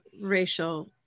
racial